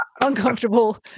uncomfortable